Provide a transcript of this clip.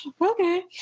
okay